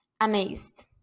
amazed